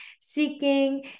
seeking